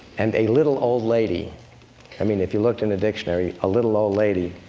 and a little old lady i mean, if you looked in the dictionary, a little old lady